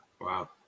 Wow